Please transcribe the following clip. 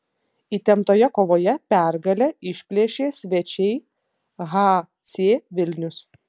įtemptoje kovoje pergalę išplėšė svečiai hc vilnius